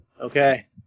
Okay